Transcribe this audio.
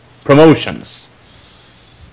promotions